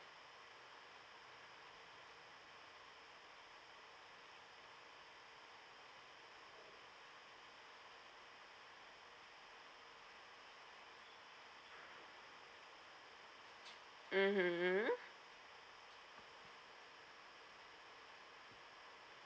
mmhmm mm